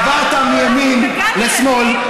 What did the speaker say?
עברת מימין לשמאל,